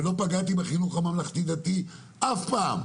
ולא פגעתי בחינוך הממלכתי דתי אף פעם.